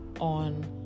on